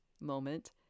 moment